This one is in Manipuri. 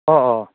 ꯑꯣ ꯑꯣ